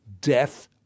Death